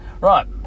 Right